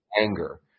anger